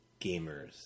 gamers